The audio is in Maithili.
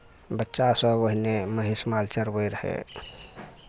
बच्चा सब ओहिने महीष माल चरबै रहै